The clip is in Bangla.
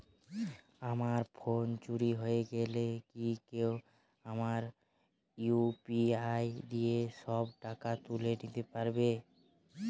আমার ফোন চুরি হয়ে গেলে কি কেউ আমার ইউ.পি.আই দিয়ে সব টাকা তুলে নিতে পারবে?